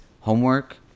homework